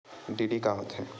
DD का होथे?